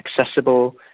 accessible